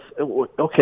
okay